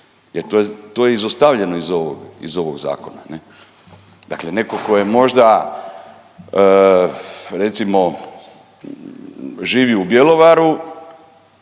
Jer to je izostavljeno iz ovoga Zakona. Dakle netko tko je možda recimo živio u Bjelovaru,